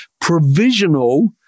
provisional